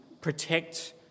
protect